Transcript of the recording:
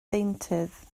ddeintydd